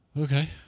Okay